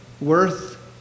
worth